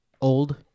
old